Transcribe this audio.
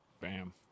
Bam